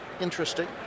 interesting